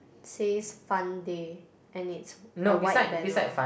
says Fun Day and it's a wide banner